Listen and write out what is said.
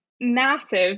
Massive